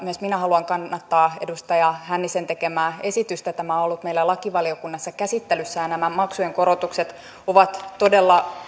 myös minä haluan kannattaa edustaja hännisen tekemää esitystä tämä on ollut meillä lakivaliokunnassa käsittelyssä ja nämä maksujen korotukset ovat todella